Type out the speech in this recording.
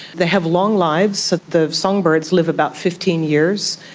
they have long lives, the songbirds live about fifteen years,